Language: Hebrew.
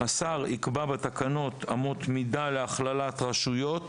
השר יקבע בתקנות אמות מידה להכללת רשויות